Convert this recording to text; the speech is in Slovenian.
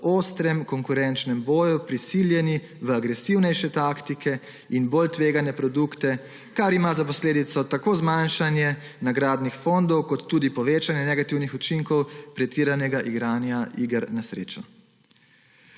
ostrem konkurenčnem boju prisiljeni v agresivnejše taktike in bolj tvegane produkte, kar ima za posledico tako zmanjšanje nagradnih fondov kot tudi povečanje negativnih učinkov pretiranega igranja iger na srečo.